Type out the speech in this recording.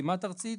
כמעט ארצית,